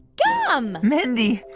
gum mindy,